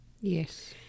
Yes